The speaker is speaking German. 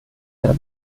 der